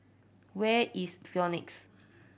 where is Phoenix